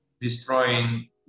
destroying